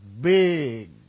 big